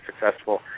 successful